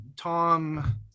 Tom